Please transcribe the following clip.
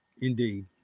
Indeed